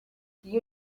you